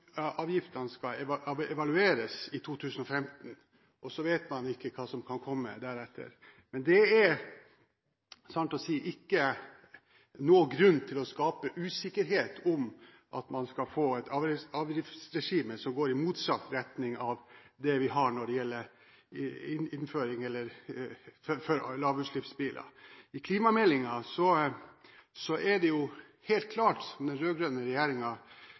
i 2015, og så vet man ikke hva som kan komme deretter. Men det er sant å si ikke noen grunn til å skape usikkerhet om hvorvidt man kan få et avgiftsregime som går i motsatt retning av det vi har, når det gjelder lavutslippsbiler. I klimameldingen, som den rød-grønne regjeringen står bak, er det helt klart